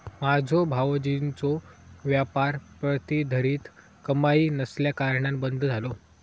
माझ्यो भावजींचो व्यापार प्रतिधरीत कमाई नसल्याकारणान बंद झालो